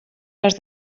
les